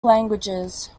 languages